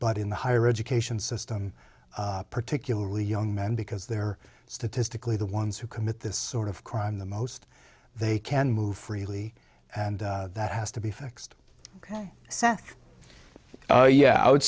but in the higher education system particularly young men because they are statistically the ones who commit this sort of crime the most they can move freely and that has to be fixed ok so oh yeah i would